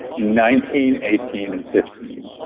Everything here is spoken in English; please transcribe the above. nineteen, eighteen, and fifteen.